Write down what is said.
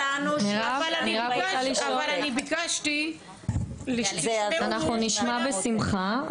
אני ביקשתי ----- אנחנו נשמע בשמחה,